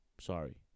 Sorry